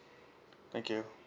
thank you